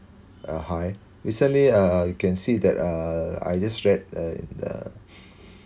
uh high recently uh you can see that uh I just read a the